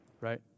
right